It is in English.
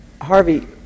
Harvey